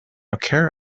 occur